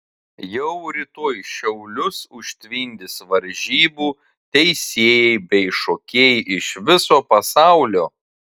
jau rytoj šiaulius užtvindys varžybų teisėjai bei šokėjai iš viso pasaulio